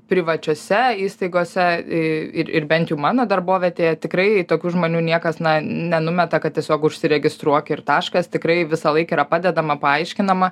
privačiose įstaigose ir ir bent jau mano darbovietėje tikrai tokių žmonių niekas nenumeta kad tiesiog užsiregistruok ir taškas tikrai visąlaik yra padedama paaiškinama